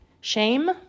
shame